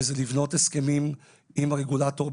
וזה לבנות הסכמים עם הרגולטור,